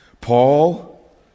Paul